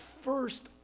first